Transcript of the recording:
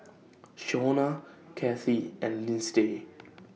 Shaunna Cathie and Lyndsay